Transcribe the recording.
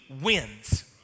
wins